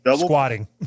squatting